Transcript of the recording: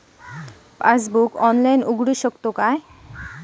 बचत खाते ऑनलाइन उघडू शकतो का?